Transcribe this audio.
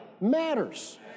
matters